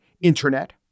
internet